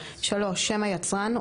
(3) שם היצרן,